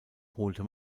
holte